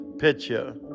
picture